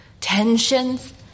tensions